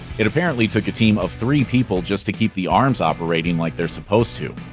it apparently took a team of three people just to keep the arms operating like they're supposed to.